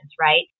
right